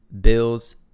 Bills